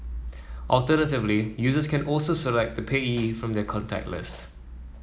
alternatively users can also select a payee from their contact list